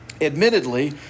Admittedly